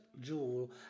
jewel